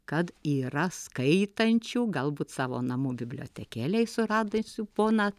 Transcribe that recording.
kad yra skaitančių galbūt savo namų bibliotekėlėj suradusių poną